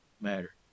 matter